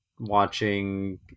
watching